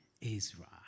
Israel